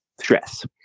stress